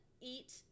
eat